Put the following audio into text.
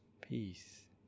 peace